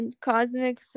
cosmic